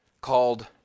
called